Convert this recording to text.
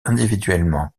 individuellement